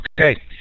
Okay